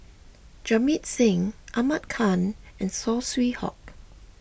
Jamit Singh Ahmad Khan and Saw Swee Hock